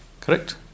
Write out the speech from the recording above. Correct